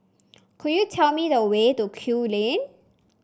could you tell me the way to Kew Lane